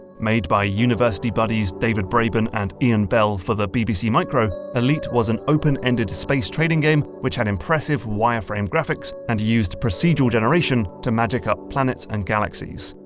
made by university buddies david braben and ian bell for the bbc micro, elite was an open-ended space trading game which had impressive wireframe graphics and used procedural generation to magic up planets and galaxies.